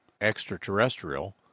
extraterrestrial